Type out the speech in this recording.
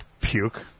puke